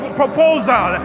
proposal